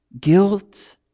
guilt